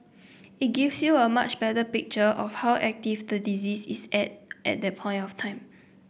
it gives you a much better picture of how active the disease is at at that point of time